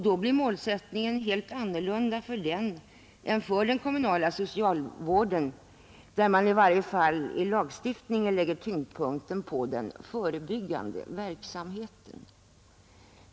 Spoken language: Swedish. Då blir målsättningen en helt annan än den är för den kommunala socialvården, där man i varje fall i lagstiftning lägger tyngdpunkten på den förebyggande verksamheten.